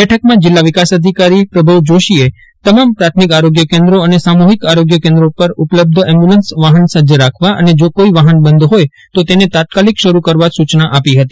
બેઠકમાં જિલ્લા વિકાસ અધિકારી પ્રભવ જોશીએ તમામ પ્રાથમિક આરોગ્ય કેન્દ્રો અને સામૂહિક આરોગ્ય કેન્દ્રો પર ઉપલબ્ધ એમ્બ્યુલન્સ વાફન સજ્જ રાખવા અને જો કોઈ વાફન બંધ હોય તો તેને તાત્કાલિક શરૂ કરવા સૂચના આપી હતી